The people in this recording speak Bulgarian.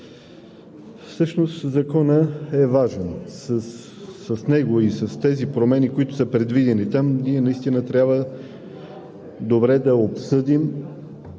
Всъщност Законът е важен. С него и с тези промени, които са предвидени там, ние наистина трябва добре да обсъдим,